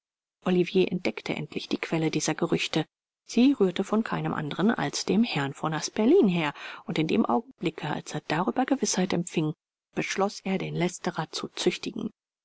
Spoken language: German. olivier entdeckte endlich die quelle dieser gerüchte sie rührten von keinem andern als dem herrn von asperlin her und in dem augenblicke als er darüber gewißheit empfing beschloß er den lästerer zu züchtigen